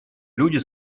люди